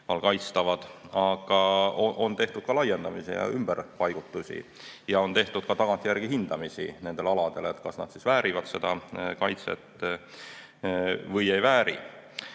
kaitstavad. Aga on tehtud ka laiendamisi ja ümberpaigutusi. Ja on tehtud ka tagantjärele hindamisi nendele aladele, et kas nad väärivad seda kaitset või ei vääri. Aga